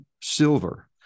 silver